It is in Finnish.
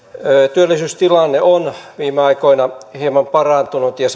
työllisyystilanne on viime aikoina hieman parantunut ja